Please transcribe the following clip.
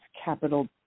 capital